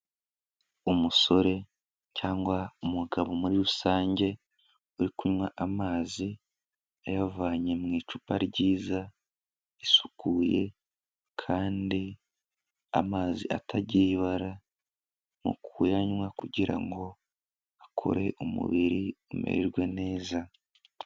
Umusore cyangwa umugabo muri rusange, uri kunywa amazi, ayavanye mu icupa ryiza risukuye kandi amazi atagira ibara, mu kuyanywa kugira ngo akore umubiri umererwe neza.